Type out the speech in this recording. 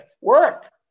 work